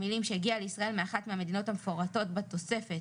המילים "שהגיע לישראל מאחת המדינות המפורטות בתוספת